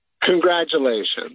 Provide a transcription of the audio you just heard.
congratulations